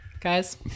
guys